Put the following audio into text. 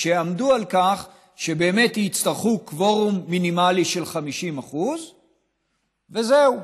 שעמדו על כך שיצטרכו קוורום מינימלי של 50%. וזהו.